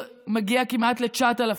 שמגיע כמעט ל-9,000.